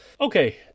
okay